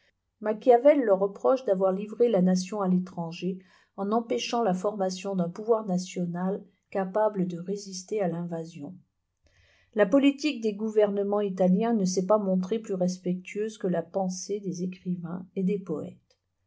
machiavel leur reproche d'avoir livré la nation à l'étranger en empêchant la formation d'un pouvoir national capable de résister digitized by google à l'invasion la politique des gouvernements italiens ne s'est pas montrée plus respectueuse que la pensée des écrivains et des poètes